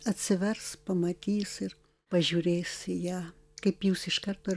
atsivers pamatys ir pažiūrės į ją kaip jūs iš karto ir